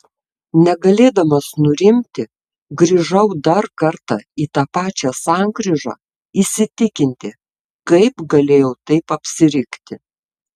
negalėdamas nurimti grįžau dar kartą į tą pačią sankryžą įsitikinti kaip galėjau taip apsirikti